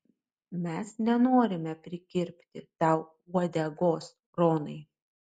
mes nenorime prikirpti tau uodegos ronai